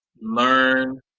learn